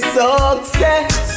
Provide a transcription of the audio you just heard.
success